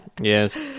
yes